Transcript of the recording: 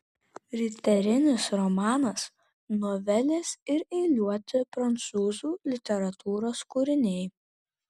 riterinis romanas novelės ir eiliuoti prancūzų literatūros kūriniai